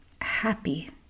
happy